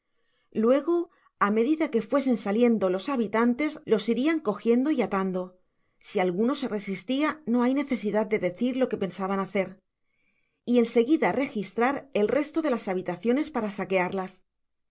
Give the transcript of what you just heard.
luego á medida que fuesen saliendo los habitantes los irian cogiendo y atando si alguno se resistia no hay necesidad de decir lo qne pensaban hacer y en seguida registrar el resto de las habitaciones para saquearlas